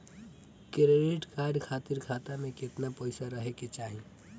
Credit card खातिर खाता में केतना पइसा रहे के चाही?